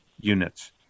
units